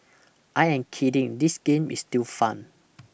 I am kidding this game is still fun